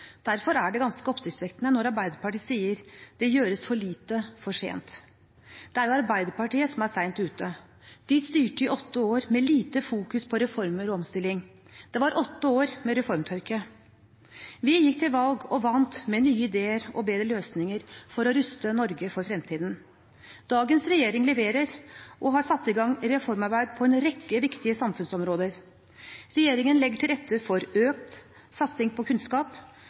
Derfor er det ganske oppsiktsvekkende når Arbeiderpartiet sier at det gjøres for lite for sent. Det er jo Arbeiderpartiet som er sent ute. De styrte i åtte år med lite fokus på reformer og omstilling. Det var åtte år med reformtørke. Vi gikk til valg og vant med nye ideer og bedre løsninger for å ruste Norge for fremtiden. Dagens regjering leverer og har satt i gang reformarbeid på en rekke viktige samfunnsområder. Regjeringen legger til rette for økt satsing på kunnskap,